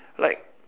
like